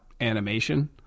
animation